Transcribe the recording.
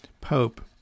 pope